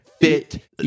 fit